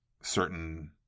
certain